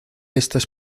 estas